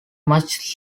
much